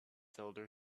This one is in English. cylinder